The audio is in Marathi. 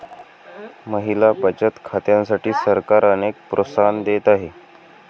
महिला बचत खात्यांसाठी सरकार अनेक प्रोत्साहन देत आहे